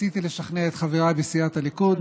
ניסיתי לשכנע את חבריי בסיעת הליכוד.